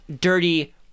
Dirty